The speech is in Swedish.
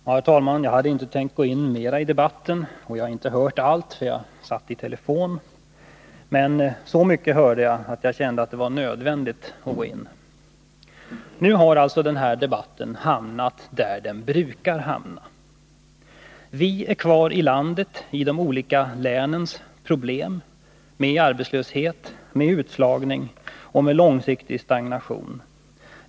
Herr talman! Jag hade inte tänkt gå in mera i debatten. Jag har inte hört allt, för jag satt i telefon, men så mycket hörde jag att jag kände att det var nödvändigt att gå in. Nu har alltså den här debatten hamnat där den brukar hamna. Vi är kvar i landet, i de olika länens problem, med arbetslöshet, med utslagning och med långsiktig stagnation.